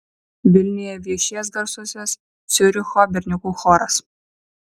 vilniuje viešės garsusis ciuricho berniukų choras